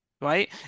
right